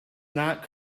not